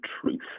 truth